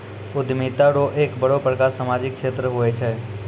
उद्यमिता रो एक बड़ो प्रकार सामाजिक क्षेत्र हुये छै